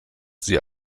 sie